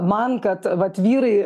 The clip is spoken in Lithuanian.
man kad vat vyrai